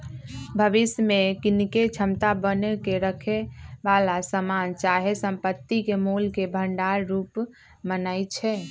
भविष्य में कीनेके क्षमता बना क रखेए बला समान चाहे संपत्ति के मोल के भंडार रूप मानइ छै